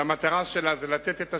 שהמטרה שלה זה לתת את השירות,